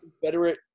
Confederate